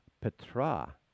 Petra